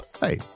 Hey